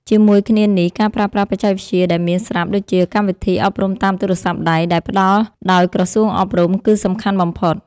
ជាមួយគ្នានេះ ការប្រើប្រាស់បច្ចេកវិទ្យាដែលមានស្រាប់ដូចជាកម្មវិធីអប់រំតាមទូរស័ព្ទដៃ ដែលផ្តល់ដោយក្រសួងអប់រំ គឺសំខាន់បំផុត។